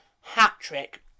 hat-trick